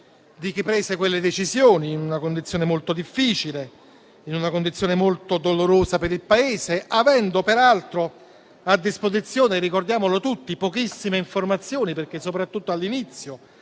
di chi prese quelle decisioni in una condizione molto difficile e dolorosa per il Paese, avendo peraltro a disposizione - ricordiamolo tutti - pochissime informazioni perché, soprattutto all'inizio,